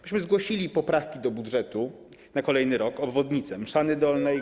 My zgłosiliśmy poprawki do budżetu na kolejny rok: obwodnice Mszany Dolnej,